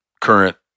current